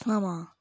समां